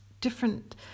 different